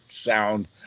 sound